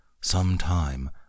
sometime